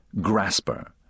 grasper